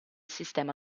sistema